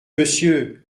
monsieur